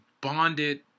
bonded